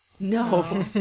No